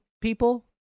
people